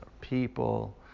people